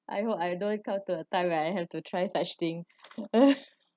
I hope I don't come to a time where I have to try such thing